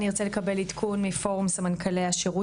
אני ארצה לקבל עדכון מפורום סמנכ"לי השירות